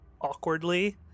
awkwardly